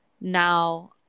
now